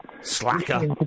Slacker